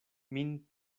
min